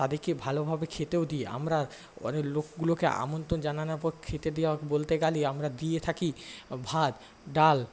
তাদিকে ভালোভাবে খেতেও দিই আমরা অনেক লোকগুলোকে আমন্ত্রণ জানানোর পর খেতে দেওয়া বলতে গেলে আমরা দিয়ে থাকি ভাত ডাল